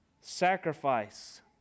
sacrifice